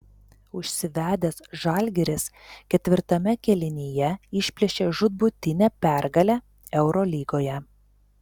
užsivedęs žalgiris ketvirtame kėlinyje išplėšė žūtbūtinę pergalę eurolygoje